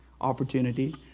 opportunity